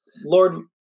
Lord